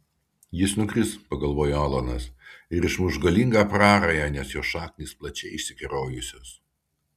jis nukris pagalvojo alanas ir išmuš galingą prarają nes jo šaknys plačiai išsikerojusios